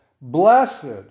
Blessed